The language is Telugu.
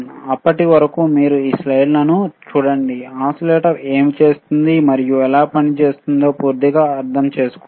అప్పటి వరకు మీరు ఈ స్లైడ్లను చూడండిఓసిలేటర్ ఏమి చేస్తుంది మరియు ఎలా పనిచేస్తుందో పూర్తిగా అర్థం చేసుకోండి